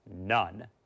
none